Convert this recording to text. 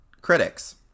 critics